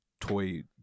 Toy